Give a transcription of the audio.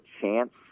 chance